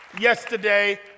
yesterday